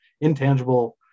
intangible